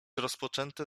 rozpoczęte